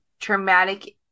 traumatic